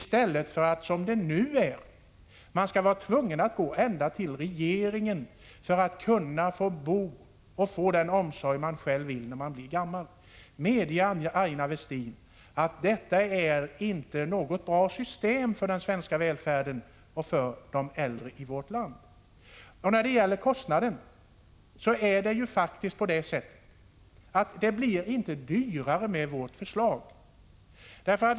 Som det nu är skall man vara tvungen att gå ända till regeringen för att kunna få det boende och den omsorg man själv önskar när man blir gammal. Medge, Aina Westin, att detta inte är något bra system för den svenska välfärden och för de äldre i vårt land! När det gäller kostnaden blir det faktiskt inte dyrare med vårt förslag.